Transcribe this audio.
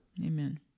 Amen